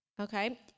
Okay